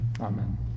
Amen